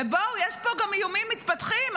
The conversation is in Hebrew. ובואו, יש פה גם איומים מתפתחים.